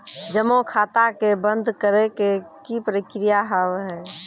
जमा खाता के बंद करे के की प्रक्रिया हाव हाय?